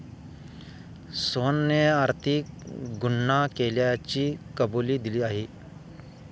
सोहनने आर्थिक गुन्हा केल्याची कबुली दिली आहे